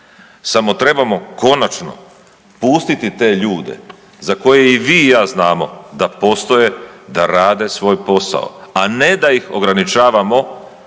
samo trebamo konačno pustiti te ljude za koje i vi i ja znamo da postoje, da rade svoj posao a ne da ih ograničavamo